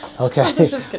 Okay